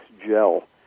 gel